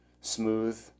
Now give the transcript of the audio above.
smooth